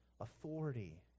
authority